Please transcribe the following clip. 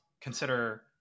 consider